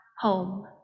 home